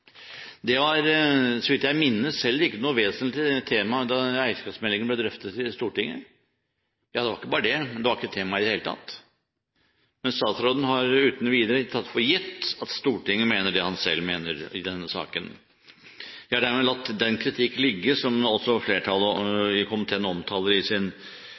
var heller ikke – så vidt jeg minnes – noe vesentlig tema da eierskapsmeldingen ble drøftet i Stortinget – ikke bare det, det var ikke et tema i det hele tatt. Men statsråden har uten videre tatt for gitt at Stortinget mener det han selv mener i denne saken. Jeg har dermed latt den kritikken ligge, som også flertallet i komiteen omtaler i sin